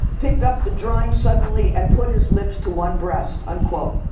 picked up the drawing suddenly and put his lips to one breast, unquote.